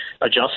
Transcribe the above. adjust